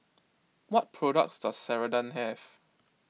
what products does Ceradan have